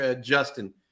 Justin